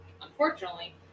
unfortunately